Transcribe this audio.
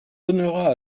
donna